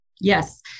Yes